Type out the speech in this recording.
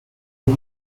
you